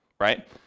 right